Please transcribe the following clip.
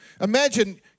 Imagine